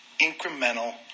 incremental